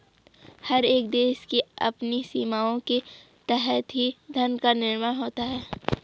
हर एक देश की अपनी सीमाओं के तहत ही धन का निर्माण होता है